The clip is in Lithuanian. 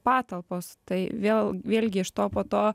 patalpos tai vėl vėlgi iš to po to